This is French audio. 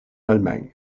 allemagne